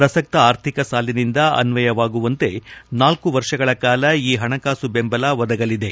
ಪ್ರಸಕ್ತ ಆರ್ಥಿಕ ಸಾಲಿನಿಂದ ಅನ್ವಯವಾಗುವಂತೆ ನಾಲ್ಕು ವರ್ಷಗಳ ಕಾಲ ಈ ಹಣಕಾಸು ಬೆಂಬಲ ಒದಗಲಿದೆ